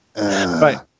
Right